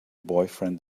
boyfriend